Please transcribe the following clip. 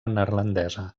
neerlandesa